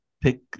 pick